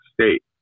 state